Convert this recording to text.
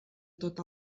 tot